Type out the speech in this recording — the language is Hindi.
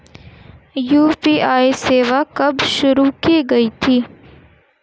यू.पी.आई सेवा कब शुरू की गई थी?